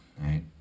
right